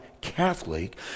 Catholic